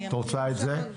אני אמתין עוד, תודה.